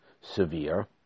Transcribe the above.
severe